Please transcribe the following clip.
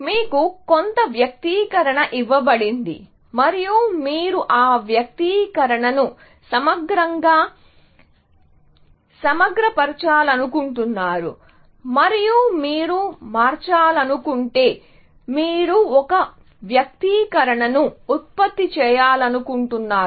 మీకు కొంత వ్యక్తీకరణ ఇవ్వబడింది మరియు మీరు ఆ వ్యక్తీకరణను సమగ్రంగా సమగ్రపరచాలనుకుంటున్నారు మరియు మీరు మార్చాలనుకుంటే మీరు ఒక వ్యక్తీకరణను ఉత్పత్తి చేయాలనుకుంటున్నారు